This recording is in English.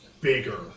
bigger